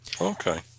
Okay